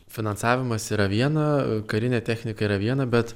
finansavimas yra viena karinė technika yra viena bet